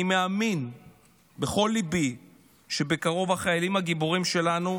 אני מאמין בכל ליבי שבקרוב החיילים הגיבורים שלנו,